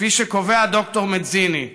כפי שקובע ד"ר מדזיני: